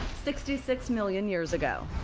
sixty six million years ago.